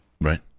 Right